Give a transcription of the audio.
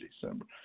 December